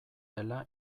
dela